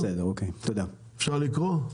אפשר לקרוא?